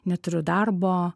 neturiu darbo